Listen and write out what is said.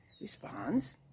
responds